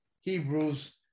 hebrews